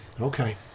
Okay